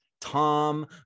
Tom